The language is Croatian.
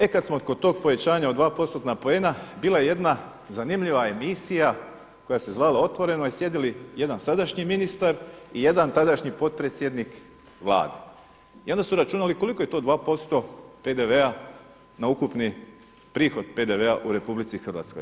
E kada smo kod tog povećanja od 2%-na poena, bila je jedna zanimljiva emisija koja se zvala „Otvoreno“ i sjedili jedan sadašnji ministar i jedan tadašnji potpredsjednik Vlade i onda su računali koliko je to 2% PDV-a na ukupni prihod PDV-a u Republici Hrvatskoj.